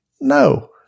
No